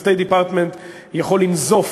ה-State Department יכול לנזוף